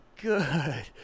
good